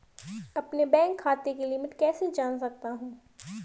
अपने बैंक खाते की लिमिट कैसे जान सकता हूं?